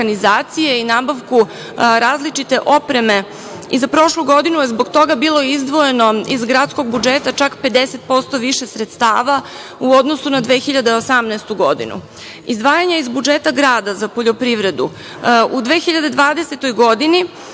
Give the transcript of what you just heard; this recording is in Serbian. i nabavku različite opreme. Za prošlu godinu je zbog toga bilo izdvojeno iz gradskog budžeta čak 50% više sredstava u odnosu na 2018. godinu. Izdvajanja iz budžeta grada za poljoprivredu u 2020. godini